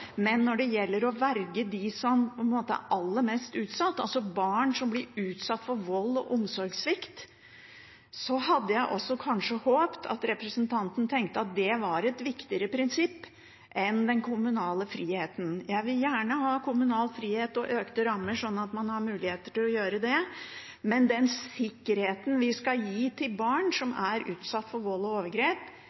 Men når det gjelder å verge dem som er aller mest utsatt, altså barn som blir utsatt for vold og omsorgssvikt, hadde jeg kanskje håpet at representanten tenkte at det var et viktigere prinsipp enn den kommunale friheten. Jeg vil gjerne ha kommunal frihet og økte rammer sånn at man har muligheter til å gjøre det, men den sikkerheten vi skal gi til barn som er utsatt for vold og overgrep,